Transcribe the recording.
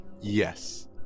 Yes